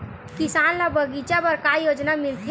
किसान ल बगीचा बर का योजना मिलथे?